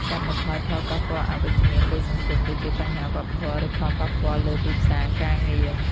កាត់បន្ថយផលប៉ះពាល់អវិជ្ជមានលើសង្គម ដូចជាបញ្ហាវប្បធម៌ ឬផលប៉ះពាល់លើទីផ្សារការងារ។